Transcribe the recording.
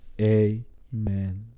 amen